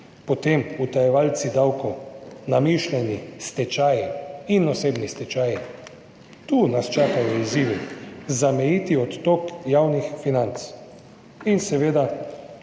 Potem utajevalci davkov, namišljeni stečaji in osebni stečaji. Tu nas čakajo izzivi, zamejiti odtok javnih financ in seveda